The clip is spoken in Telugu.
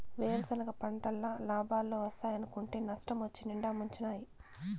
వేరుసెనగ పంటల్ల లాబాలోస్తాయనుకుంటే నష్టమొచ్చి నిండా ముంచినాయి